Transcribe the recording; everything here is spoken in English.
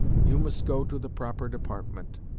you must go to the proper department